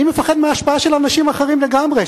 אני מפחד מהשפעה של אנשים אחרים לגמרי,